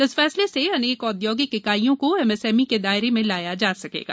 इस फैसले से अनेक औद्योगिक इकाईयों को एमएसएमई के दायरे में लाया जा सकेगा